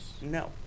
No